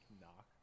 knock